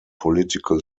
political